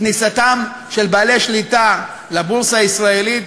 כניסתם של בעלי שליטה לבורסה הישראלית,